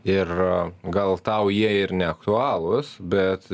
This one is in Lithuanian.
ir gal tau jie ir neaktualūs bet